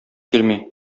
килми